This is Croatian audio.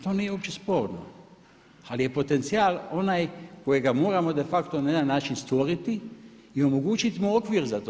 To nije uopće sporno, ali je potencijal onaj kojega moramo de facto na jedan način stvoriti i omogućit mu okvir za to.